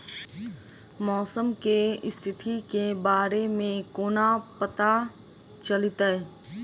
मौसम केँ स्थिति केँ बारे मे कोना पत्ता चलितै?